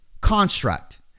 construct